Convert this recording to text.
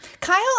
Kyle